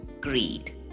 greed